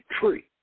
tree